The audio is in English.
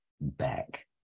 back